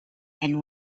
and